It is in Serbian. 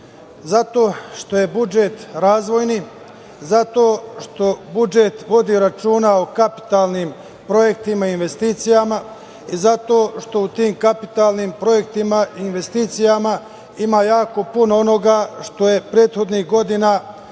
Zato što je budžet razvojni, zato što budžet vodi računa o kapitalnim projektima i investicijama i zato što u tim kapitalnim projektima i investicijama ima jako puno onoga što je prethodnih godina naš